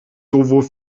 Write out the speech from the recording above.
sowohl